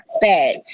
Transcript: bad